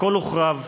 הכול הוחרב.